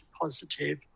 Positive